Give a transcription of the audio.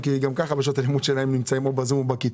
כי גם ככה בשעות הלימוד נמצאים או בזום או בכיתה.